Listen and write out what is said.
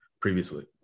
previously